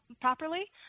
properly